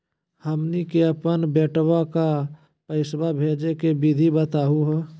हमनी के अपन बेटवा क पैसवा भेजै के विधि बताहु हो?